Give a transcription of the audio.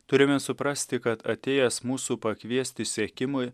turime suprasti kad atėjęs mūsų pakviesti siekimui